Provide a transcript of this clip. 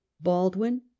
Baldwin